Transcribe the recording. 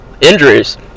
Injuries